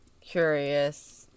curious